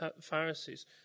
Pharisees